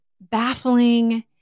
baffling